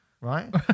right